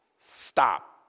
Stop